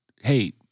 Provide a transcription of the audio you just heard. hey